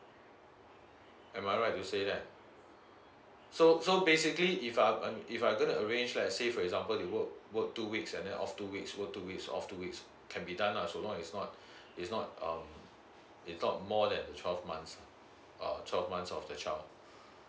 am I right to say that so so basically if um if I'm gonna arrange like say for example you work work two weeks and then off two weeks work two weeks off two weeks can be done lah so long it's not it's not um it's not more than twelve months uh twelve months of the child